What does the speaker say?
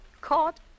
caught